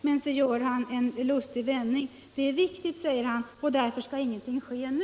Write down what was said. Men så gjorde han en lustig vändning och sade: Det är viktigt —- och därför skall ingenting ske nu.